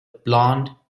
blond